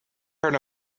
heard